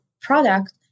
product